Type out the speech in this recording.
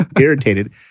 irritated